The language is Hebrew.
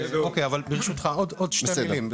אוקיי, ברשותך, עוד שתי מילים.